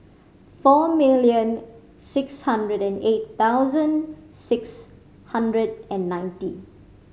four million six hundred and eight thousand six hundred and ninety